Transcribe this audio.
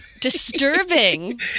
disturbing